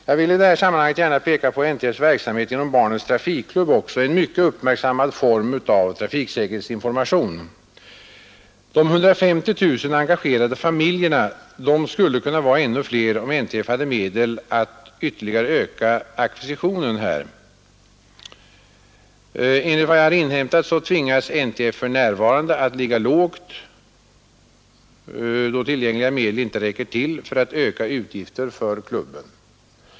Jag vill i det här sammanhanget gärna peka på NTF:s verksamhet genom Barnens trafikklubb — en mycket uppmärksammad form av trafiksäkerhetsinformation. De 150 000 engagerade familjerna skulle kunna vara ännu fler om NTF hade medel att ytterligare öka ackvisitionen. Enligt vad jag har inhämtat tvingas NTF för närvarande att ligga lågt då tillgängliga medel inte räcker till för att öka utgifterna för klubben.